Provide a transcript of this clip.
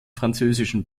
französischen